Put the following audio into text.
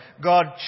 God